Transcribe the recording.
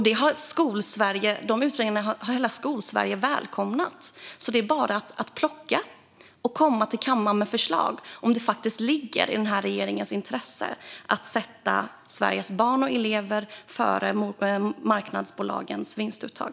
Dessa utredningar har hela Skolsverige välkomnat, så det är bara att plocka och komma till kammaren med förslag om det faktiskt ligger i regeringens intresse att sätta Sveriges barn och elever före marknadsbolagens vinstuttag.